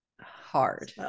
Hard